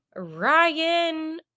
Ryan